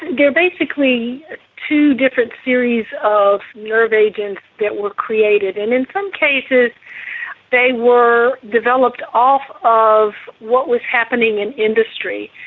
there are basically two different series of nerve agents that were created, and in some cases they were developed off of what was happening in industry.